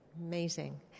Amazing